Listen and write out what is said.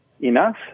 enough